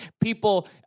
people